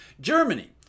Germany